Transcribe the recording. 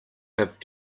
have